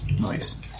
Nice